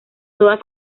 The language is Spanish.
todas